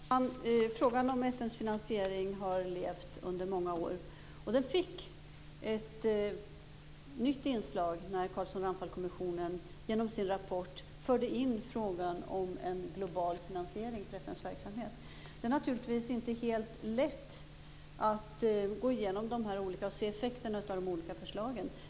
Fru talman! Frågan om FN:s finansiering har levt under många år. Den fick ett nytt inslag när Carlsson Ramphal-kommissionen genom sin rapport förde in frågan om en global finansiering för FN:s verksamhet. Det är naturligtvis inte helt lätt att gå igenom och se effekterna av de olika förslagen.